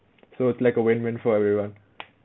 so it's like a win win for everyone